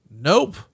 Nope